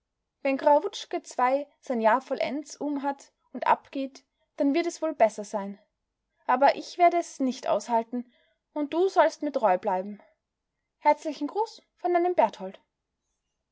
wenn krawutschke ii sein jahr vollends um hat und abgeht dann wird es wohl besser sein aber ich werde es nicht aushalten und du sollst mir treu bleiben herzlichen gruß von deinem berthold